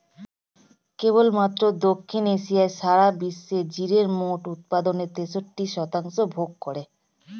কেবলমাত্র দক্ষিণ এশিয়াই সারা বিশ্বের জিরের মোট উৎপাদনের তেষট্টি শতাংশ ভোগ করে